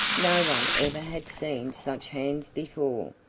no one ever had seen such hands before.